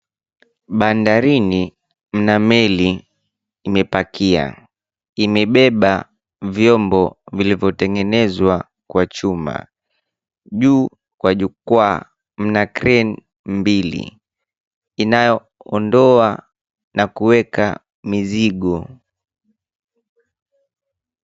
Bandarini mna meli imepakia, imebeba vyombo vilivyotengenezwa kwa chuma, juu kwa jukwaa mna kreni mbili inayoondoa na kueka mizigo.